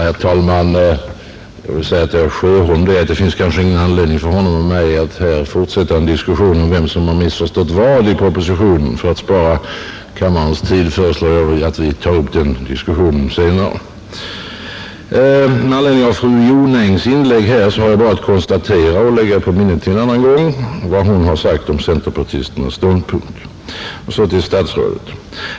Herr talman! Det finns kanske ingen anledning för herr Sjöholm och mig att fortsätta en diskussion om vem som har missförstått vad i propositionen. För att spara kammarens tid föreslår jag att vi privat tar upp den diskussionen senare. Efter fru Jonängs inlägg har jag bara att konstatera och lägga på minnet till en annan gång vad hon har sagt om centerpartisternas ståndpunkt. Och så till statsrådet Lidbom.